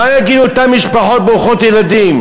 מה יגידו אותן משפחות ברוכות ילדים?